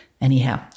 Anyhow